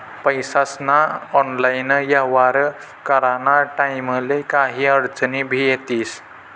पैसास्ना ऑनलाईन येव्हार कराना टाईमले काही आडचनी भी येतीस